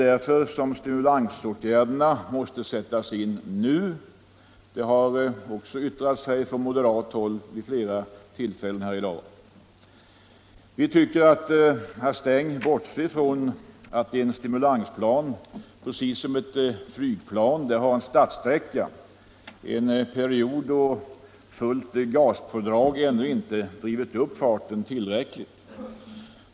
Därför måste stimulansåtgärder sättas in nu, vilket har framhållits från moderat håll vid flera tillfällen i dag. Herr Sträng bortser från att en stimulansplan liksom ett flygplan har en startsträcka, en period då fullt gaspådrag ännu inte drivit upp farten tillräckligt.